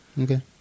Okay